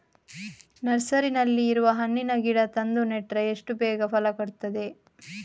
ನರ್ಸರಿನಲ್ಲಿ ಇರುವ ಹಣ್ಣಿನ ಗಿಡ ತಂದು ನೆಟ್ರೆ ಎಷ್ಟು ಬೇಗ ಫಲ ಕೊಡ್ತದೆ